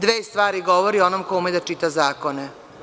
Dve stvari govori onom ko ume da čita zakone.